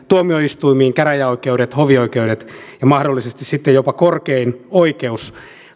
tuomioistuimiin käräjäoikeudet hovioikeudet ja mahdollisesti sitten jopa korkein oikeus